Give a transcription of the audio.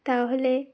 তাহলে